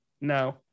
No